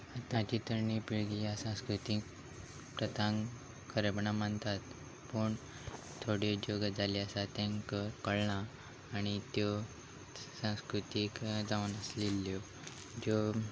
आताची तरणी पिळगी ह्या सांस्कृतीक प्रथांक खरेपणां मानतात पूण थोड्यो ज्यो गजाली आसा तांकां कळना आनी त्यो संस्कृतीक जावन आसलेल्ल्यो ज्यो